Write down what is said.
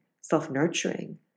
self-nurturing